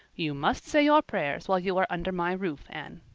you must say your prayers while you are under my roof, anne.